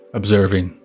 observing